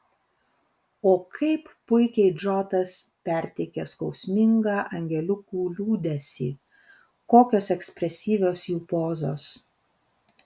o kaip puikiai džotas perteikė skausmingą angeliukų liūdesį kokios ekspresyvios jų pozos